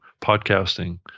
podcasting